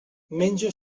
menjo